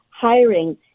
hiring